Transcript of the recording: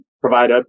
provide